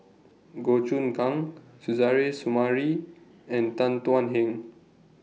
Goh Choon Kang Suzairhe Sumari and Tan Thuan Heng